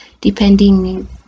depending